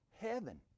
heaven